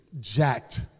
jacked